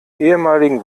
ehemaligen